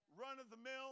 run-of-the-mill